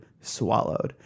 swallowed